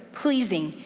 pleasing,